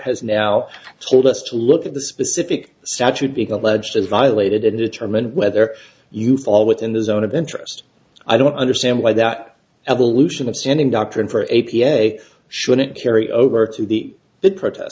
has now told us to look at the specific statute being alleged violated and to try meant whether you fall within the zone of interest i don't understand why that evolution of standing doctrine for a p a shouldn't carry over to the big protest